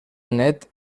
nét